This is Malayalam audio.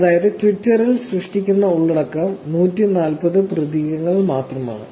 അതായത് ട്വിറ്ററിൽ സൃഷ്ടിക്കുന്ന ഉള്ളടക്കം 140 പ്രതീകങ്ങൾ മാത്രമാണ്